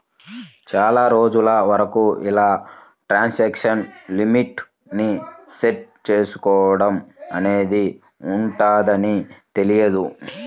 చాలా రోజుల వరకు ఇలా ట్రాన్సాక్షన్ లిమిట్ ని సెట్ చేసుకోడం అనేది ఉంటదని తెలియదు